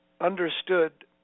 understood